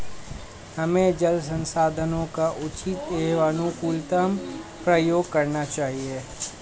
हमें जल संसाधनों का उचित एवं अनुकूलतम प्रयोग करना चाहिए